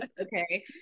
okay